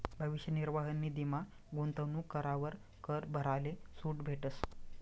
भविष्य निर्वाह निधीमा गूंतवणूक करावर कर भराले सूट भेटस